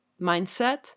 mindset